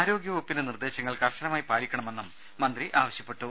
ആരോഗ്യവകുപ്പിന്റെ നിർദേശങ്ങൾ കർശനമായി പാലിക്കണ മെന്നും മന്ത്രി ആവശ്യപ്പെട്ടു